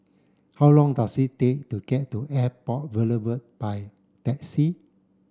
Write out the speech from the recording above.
how long does it take to get to Airport Boulevard by taxi